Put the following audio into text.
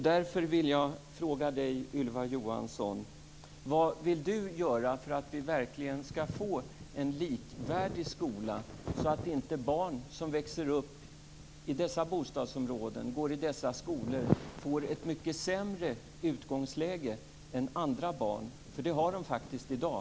Därför vill jag fråga Ylva Johansson vad hon vill göra för att vi verkligen skall få en likvärdig skola, så att inte barn som växer upp i dessa bostadsområden och går i dessa skolor får ett mycket sämre utgångsläge än andra barn. Det har de faktiskt i dag.